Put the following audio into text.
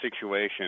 situation